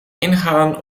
ingaan